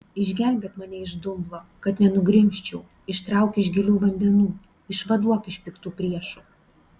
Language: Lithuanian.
išgelbėk mane iš dumblo kad nenugrimzčiau ištrauk iš gilių vandenų išvaduok iš piktų priešų